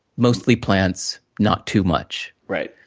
mostly plants, not too much. right.